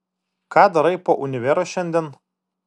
ką darai po univero šiandien